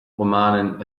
romanen